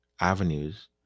avenues